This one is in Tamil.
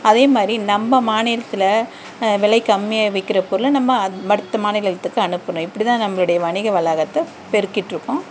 அதே மாதிரி நம்ம மாநிலத்தில் விலை கம்மியாக விற்கிற பொருளை நம்ம மற்ற மாநிலத்துக்கு அனுப்பணும் இப்படி தான் நம்மளுடைய வணிக வளாகத்தை பெருக்கிட்டு இருக்கோம்